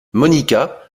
monica